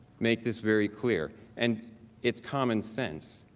makes is very clear and it's common sense.